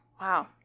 Wow